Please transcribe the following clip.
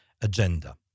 agenda